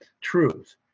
truth